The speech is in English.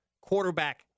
quarterback